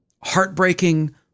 heartbreaking